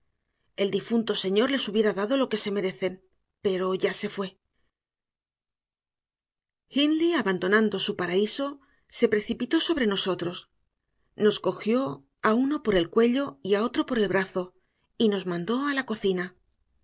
el difunto señor les hubiera dado lo que se merecen pero ya se fue hindley abandonando su paraíso se precipitó sobre nosotros nos cogió a uno por el cuello y a otro por el brazo y nos mandó a la cocina